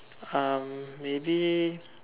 um maybe